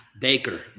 Baker